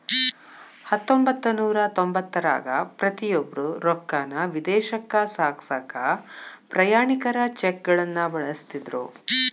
ಹತ್ತೊಂಬತ್ತನೂರ ತೊಂಬತ್ತರಾಗ ಪ್ರತಿಯೊಬ್ರು ರೊಕ್ಕಾನ ವಿದೇಶಕ್ಕ ಸಾಗ್ಸಕಾ ಪ್ರಯಾಣಿಕರ ಚೆಕ್ಗಳನ್ನ ಬಳಸ್ತಿದ್ರು